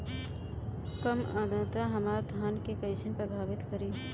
कम आद्रता हमार धान के कइसे प्रभावित करी?